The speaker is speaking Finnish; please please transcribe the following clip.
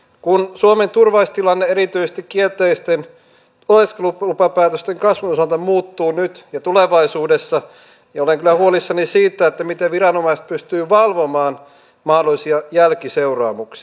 kun suomen turvallisuustilanne erityisesti kielteisten oleskelulupapäätösten kasvun osalta muuttuu nyt ja tulevaisuudessa olen kyllä huolissani siitä miten viranomaiset pystyvät valvomaan mahdollisia jälkiseuraamuksia